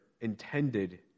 intended